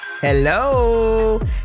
Hello